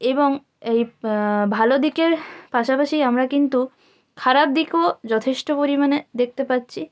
এবং এই ভালো দিকের পাশাপাশি আমরা কিন্তু খারাপ দিকও যথেষ্ট পরিমাণে দেখতে পাচ্ছি